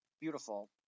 beautiful